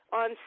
on